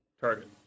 target